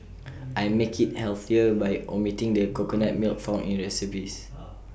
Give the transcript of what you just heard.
I make IT healthier by omitting the coconut milk found in recipes